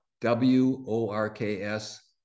w-o-r-k-s